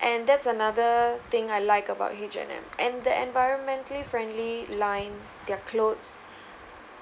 and that's another thing I like about H&M and the environmentally friendly line their clothes